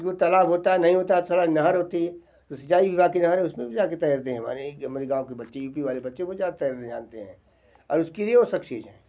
क्योंकि तालाब होता है नहीं होता अब साला नहर होती है जो सिंचाई विभाग की नहर है उसमें भी जा कर तैरते हैं हमारे हमारे गाँव के बच्चे यू पी वाले बच्चे वो ज़्यादा तैरना जानते हैं और उसके लिए वो सक्सीज है